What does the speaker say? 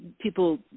people